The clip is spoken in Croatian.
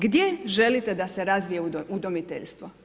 Gdje želite da se razvije udomiteljstvo?